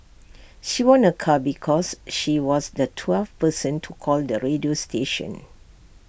she won A car because she was the twelfth person to call the radio station